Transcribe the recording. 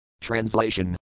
Translation